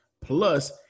Plus